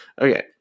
Okay